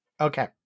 Okay